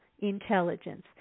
Intelligence